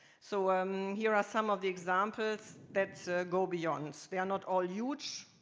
so um here are some of the examples that go beyond. they are not all huge,